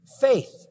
Faith